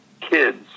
kids